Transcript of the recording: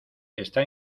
está